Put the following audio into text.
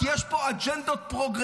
כי יש פה אג'נדות פרוגרסיביות.